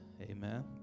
Amen